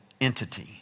entity